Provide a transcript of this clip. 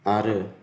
आरो